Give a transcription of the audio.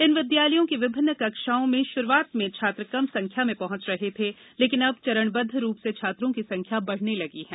इन विद्यालयों की विभिन्न कक्षाओं में शुरूआत में छात्र कम संख्या में पहुंच रहे थे लेकिन अब चरणबद्व रूप से छात्रों की संख्या बढ़ने लगी है